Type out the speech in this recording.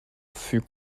fut